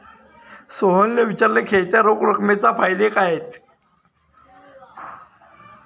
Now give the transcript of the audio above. सोहेलने विचारले, खेळत्या रोख रकमेचे फायदे काय आहेत?